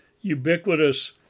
ubiquitous